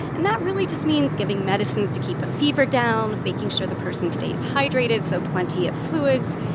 and that really just means giving medicines to keep a fever down, making sure the person stays hydrated, so plenty of fluids.